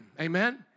Amen